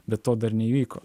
bet to dar neįvyko